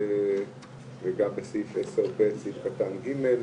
וגם לסעיף 10ב' סעיף קטן ג',